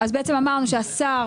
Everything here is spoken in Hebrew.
שר האוצר,